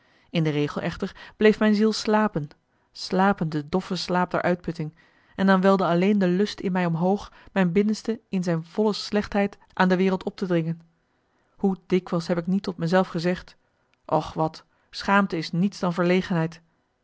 in de regel echter bleef mijn ziel slapen slapen de doffe slaap der uitputting en dan welde alleen de lust in mij omhoog mijn binnenste in zijn volle slechtheid aan de wereld op te dringen hoe dikwijls heb ik niet tot me zelf gezegd och wat schaamte is niets dan